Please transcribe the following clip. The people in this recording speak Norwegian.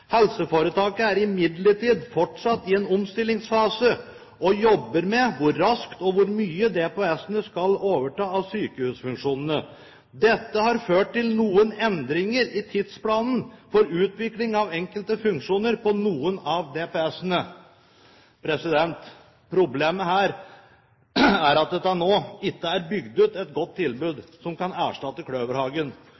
Helseforetaket er imidlertid fortsatt i en omstillingsfase og jobber med hvor raskt og hvor mye DPS-ene skal overta av sykehusfunksjoner. Dette har ført til noen endringer i tidsplanen for utviklingen av enkelte funksjoner på noen av DPS-ene.» Problemet her er at det til nå ikke er bygd ut et godt tilbud